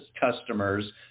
customers